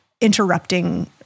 interrupting